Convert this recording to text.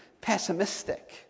pessimistic